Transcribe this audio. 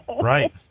Right